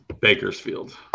Bakersfield